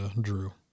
Drew